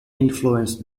influenced